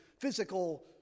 physical